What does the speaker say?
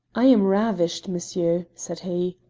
i am ravished, monsieur! said he.